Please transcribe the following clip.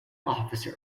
officer